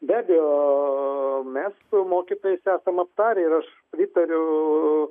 be abejo mes su mokytojais esam aptarę ir aš pritariu